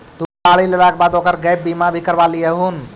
तु गाड़ी लेला के बाद ओकर गैप बीमा भी करवा लियहून